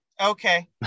Okay